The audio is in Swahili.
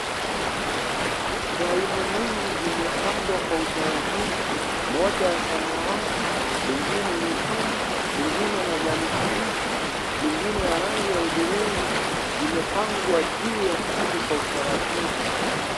Faili mingi zimepangwa kwa utaratibu, moja ya samawati, lingine ya nyekundu , lingine ya kijani kibichi. lingine ya rangi ya hudhurungi zimepangwa juu ya kitu kwa utaratibu.